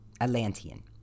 Atlantean